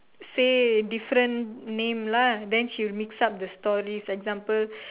say different name lah then she will mix up the stories example